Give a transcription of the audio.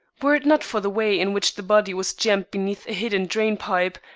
were it not for the way in which the body was jammed beneath a hidden drain-pipe,